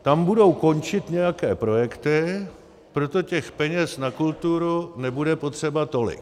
Tam budou končit nějaké projekty, proto těch peněz na kulturu nebude potřeba tolik.